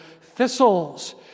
thistles